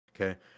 Okay